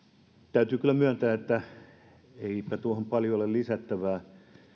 täytyy kyllä myöntää että eipä tuohon paljon ole lisättävää